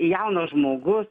jaunas žmogus